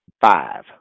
five